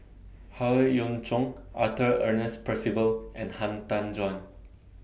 Howe Yoon Chong Arthur Ernest Percival and Han Tan Juan